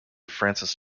frances